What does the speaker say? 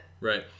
Right